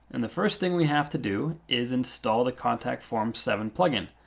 and the first thing we have to do is install the contact form seven plugin.